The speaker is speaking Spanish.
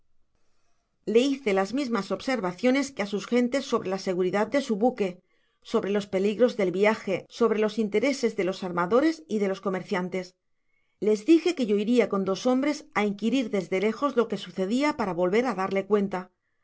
hice las mismas observaciones que á sus gentes sobre la seguridad de su buque sobre los peligros del viaje sobre los intereses de los armadores y de los comerciantes les dije que yo iria con dos hombres á inquirir desde lejos lo que sucedía para volver á darle cuenta